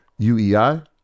UEI